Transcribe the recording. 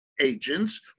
agents